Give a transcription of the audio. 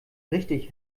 richtig